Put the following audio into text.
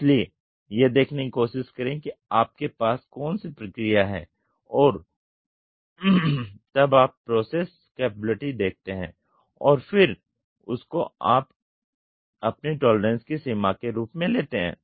इसलिए यह देखने की कोशिश करें कि आपके पास कौनसी प्रक्रिया है और तब आप प्रोसेस कैपेबिलिटी देखते हैं और फिर उसको आप अपनी टॉलरेंसेस की सीमा के रूप में लेते हैं